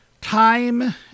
time